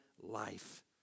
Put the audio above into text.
life